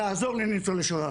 לעזור לניצולי שואה